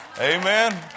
Amen